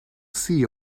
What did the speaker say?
see